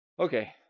Okay